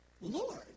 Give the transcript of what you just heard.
Lord